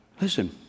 Listen